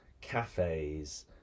cafes